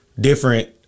different